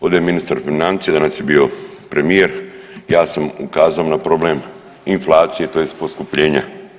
Ovdje je ministar financija, danas je bio premijer, ja sam ukazao na problem inflacije tj. poskupljenja.